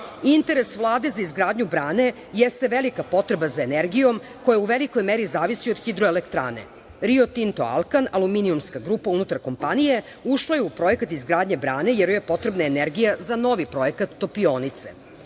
Interes Vlade za izgradnju brane jeste velika potreba za energijom koja u velikoj meri zavisi od hidroelektrane. Rio Tinto – Alkan, aluminijumska grupa unutar kompanije ušla je u projekat izgradnje brane, jer joj je potrebna energija za novi projekat topionice.